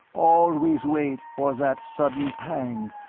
always wait, for that sudden pang,